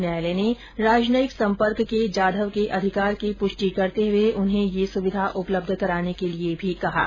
न्यायालय ने राजनयिक संपर्क के जाधव के अधिकार की पुष्टि करते हुए उन्हें यह सुविधा उपलब्ध कराने का भी निर्देश दिया